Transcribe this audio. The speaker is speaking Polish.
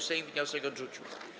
Sejm wniosek odrzucił.